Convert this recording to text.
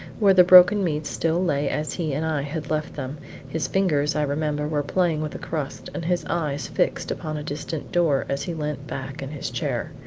where the broken meats still lay as he and i had left them his fingers, i remember, were playing with a crust, and his eyes fixed upon a distant door, as he leant back in his chair.